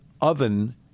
oven